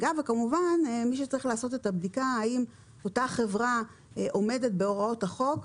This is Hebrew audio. שצריך לעשות את הבדיקה האם אותה חברה עומדת בהוראות החוק,